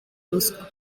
ruswa